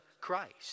Christ